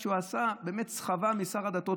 הוא עשה באמת סחבה משר הדתות,